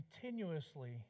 continuously